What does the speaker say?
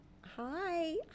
Hi